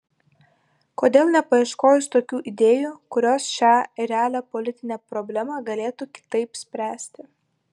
kodėl nepaieškojus tokių idėjų kurios šią realią politinę problemą galėtų kitaip spręsti